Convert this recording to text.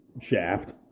shaft